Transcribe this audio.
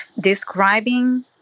describing